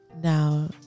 Now